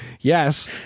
yes